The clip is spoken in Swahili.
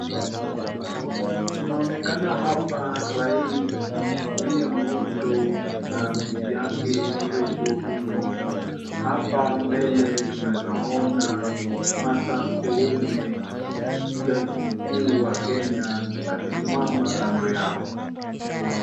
Kunaonekana hapa rais Wiliam Ruto na bibi yake Rachel Ruto. Hapa mbele tunaeza ona Martha Koome, jaji mkuu wa Kenya akisimama kando yao.